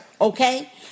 Okay